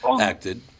acted